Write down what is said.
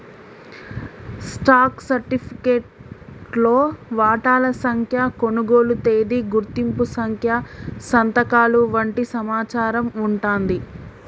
stock సర్టిఫికేట్లో వాటాల సంఖ్య, కొనుగోలు తేదీ, గుర్తింపు సంఖ్య సంతకాలు వంటి సమాచారం వుంటాంది